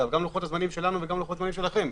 גם לוחות הזמנים שלנו וגם לוחות הזמנים שלכם.